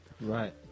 Right